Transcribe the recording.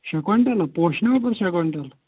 شےٚ کویِنٹَل ہَہ پوشنَوٕ تِم شےٚ کویِنٹَل